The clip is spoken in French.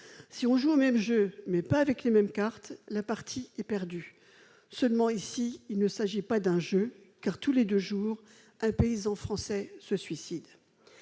Si on joue au même jeu, mais pas avec les mêmes cartes, la partie est perdue. Seulement, il ne s'agit pas de jeu, car tous les deux jours un paysan français se suicide